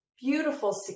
beautiful